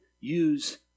use